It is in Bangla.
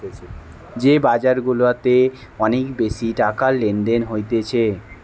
যে বাজার গুলাতে অনেক বেশি টাকার লেনদেন হতিছে